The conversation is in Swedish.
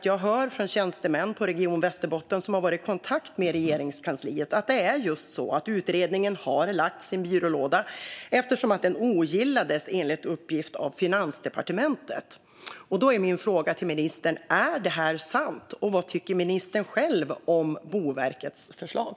Jag hör från tjänstemän i Region Västerbotten som har varit i kontakt med Regeringskansliet att det är just så att utredningen har lagts i en byrålåda eftersom den enligt uppgift ogillades av Finansdepartementet. Min fråga till ministern är då: Är det här sant? Vad tycker ministern själv om Boverkets förslag?